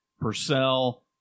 Purcell